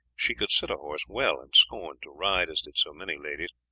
she could sit a horse well, and scorned to ride, as did so many ladies,